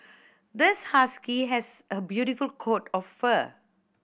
this husky has a beautiful coat of fur